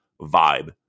vibe